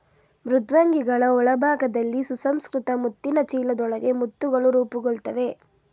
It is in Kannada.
ಮೃದ್ವಂಗಿಗಳ ಒಳಭಾಗದಲ್ಲಿ ಸುಸಂಸ್ಕೃತ ಮುತ್ತಿನ ಚೀಲದೊಳಗೆ ಮುತ್ತುಗಳು ರೂಪುಗೊಳ್ತವೆ